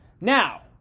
Now